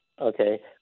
okay